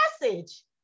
message